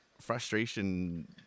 frustration